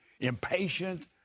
impatient